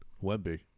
Webby